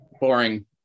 Boring